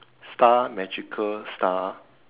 star magical star